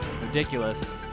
ridiculous